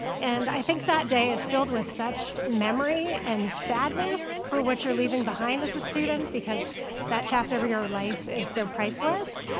and i think that day is filled with such memory and sadness for what you're leaving behind as a student, because that chapter of your life is so priceless.